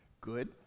Good